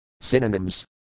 Synonyms